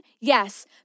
Yes